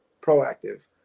proactive